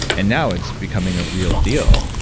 and now it's becoming a real deal.